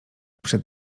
przed